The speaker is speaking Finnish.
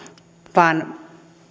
vaan